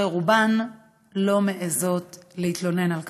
הרי רובן לא מעיזות להתלונן על כך.